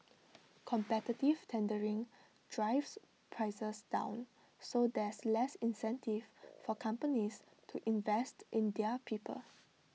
competitive tendering drives prices down so there's less incentive for companies to invest in their people